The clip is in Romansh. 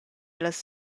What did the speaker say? ellas